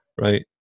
Right